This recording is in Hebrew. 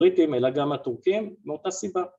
‫בריטים, אלא גם הטורקים, מאותה סיבה.